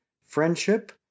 friendship